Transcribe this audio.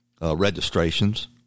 registrations